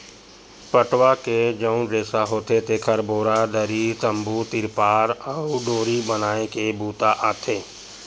पटवा के जउन रेसा होथे तेखर बोरा, दरी, तम्बू, तिरपार अउ डोरी बनाए के बूता आथे